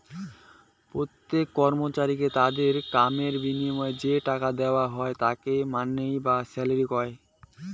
প্রত্যেক কর্মচারীকে তাদের কামের বিনিময়ে যে টাকা দেওয়া হই তাকে মাইনে বা স্যালারি কহু